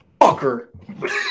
Fucker